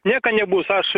nieka nebus aš